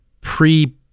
pre